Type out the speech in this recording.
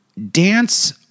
Dance